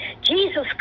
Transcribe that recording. Jesus